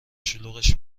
شلوغش